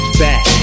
back